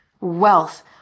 wealth